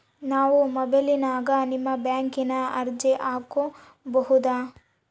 ನಾವು ಮೊಬೈಲಿನ್ಯಾಗ ನಿಮ್ಮ ಬ್ಯಾಂಕಿನ ಅರ್ಜಿ ಹಾಕೊಬಹುದಾ?